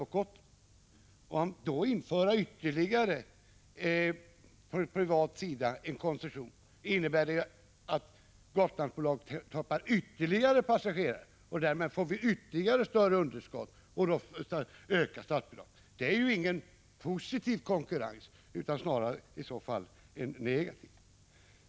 Att då införa ännu en koncession på privat sida innebär att Gotlandsbolaget tappar ytterligare passagerare, och därmed får vi ännu större underskott, och då ökar statsbidraget. Det är ju ingen positiv konkurrens utan i så fall snarare en negativ.